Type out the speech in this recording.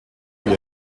lui